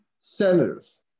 senators